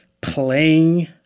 playing